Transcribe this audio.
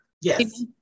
yes